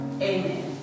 Amen